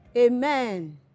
amen